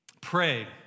Pray